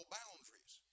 boundaries